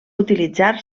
utilitzar